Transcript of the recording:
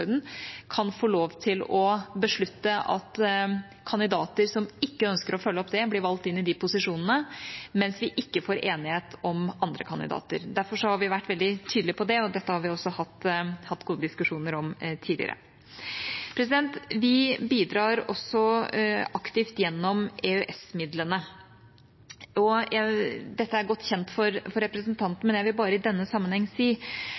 kan få lov til å beslutte at kandidater som ikke ønsker å følge opp det, blir valgt inn i de posisjonene, mens vi ikke får enighet om andre kandidater. Derfor har vi vært veldig tydelige på det, og dette har vi også hatt gode diskusjoner om tidligere. Vi bidrar også aktivt gjennom EØS-midlene. Dette er godt kjent for representanten, men jeg vil bare i denne sammenheng si